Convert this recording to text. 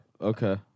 Okay